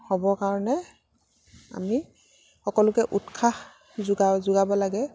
হ'ব কাৰণে আমি সকলোকে উৎসাহ যোগা যোগাব লাগে